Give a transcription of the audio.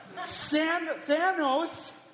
Thanos